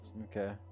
Okay